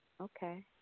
Okay